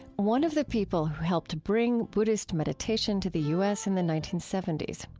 one of the people who helped bring buddhist meditation to the u s. in the nineteen seventy s.